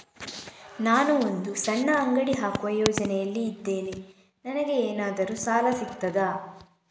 ನಾನು ಒಂದು ಸಣ್ಣ ಅಂಗಡಿ ಹಾಕುವ ಯೋಚನೆಯಲ್ಲಿ ಇದ್ದೇನೆ, ನನಗೇನಾದರೂ ಸಾಲ ಸಿಗ್ತದಾ?